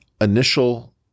initial